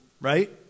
right